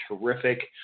terrific